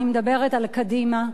אני מדברת על קדימה,